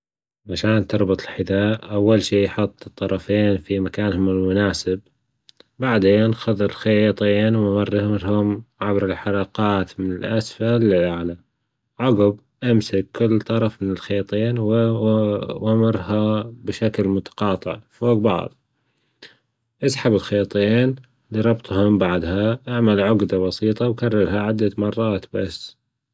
عشان تربط الحذاء أول شي حط الطرفين في مكانهم المناسب، بعدين خذ الخيطين ومررهم عبر الحلقات من الأسفل للأعلى، عجب إمسك كل طرف من الخيطين و مرها بشكل متقاطع فوج بعض إسحب الخيطين لربطهن بعدها إعمل عجدة بسيطة وكررها عدة مرات بس.